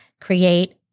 create